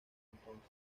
entonces